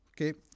Okay